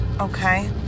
okay